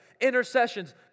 Intercessions